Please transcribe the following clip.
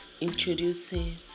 introducing